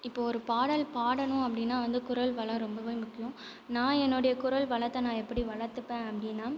இப்போ ஒரு பாடல் பாடணும் அப்படினா வந்து குரல் வளம் ரொம்பவே முக்கியம் நான் என்னுடைய குரல் வளத்தை நான் எப்படி வளர்த்துப்ப அப்படினா